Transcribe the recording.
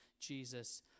Jesus